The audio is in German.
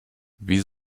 wie